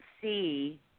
see